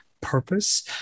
purpose